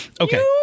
Okay